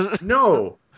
No